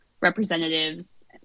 representatives